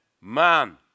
man